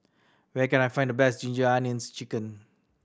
where can I find the best Ginger Onions Chicken